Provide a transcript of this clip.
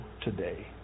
today